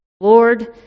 Lord